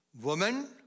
Woman